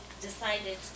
decided